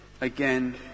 again